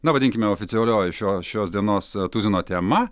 na vadinkime oficialioje šio šios dienos tuzino tema